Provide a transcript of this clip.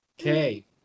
Okay